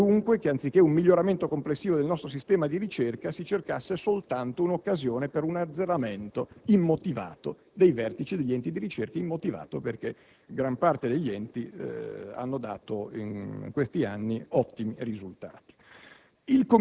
evitare dunque che, anziché un miglioramento complessivo del nostro sistema di ricerca, si cercasse soltanto un'occasione per un azzeramento immotivato dei vertici degli enti di ricerca, immotivato perché gran parte degli enti ha dato in questi anni ottimi risultati.